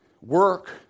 Work